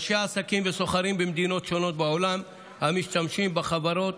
אנשי עסקים וסוחרים במדינות שונות בעולם המשתמשים בחברות